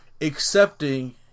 accepting